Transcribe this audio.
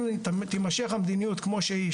אם תימשך המדיניות כמו שהיא,